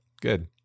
good